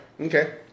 okay